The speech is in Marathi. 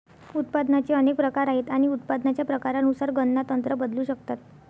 उत्पादनाचे अनेक प्रकार आहेत आणि उत्पादनाच्या प्रकारानुसार गणना तंत्र बदलू शकतात